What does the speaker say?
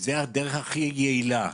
זה הדרך הכי ייעילה,